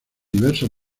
diversos